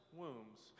wombs